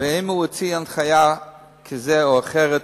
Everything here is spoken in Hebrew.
ואם הוא הוציא הנחיה כזאת או אחרת,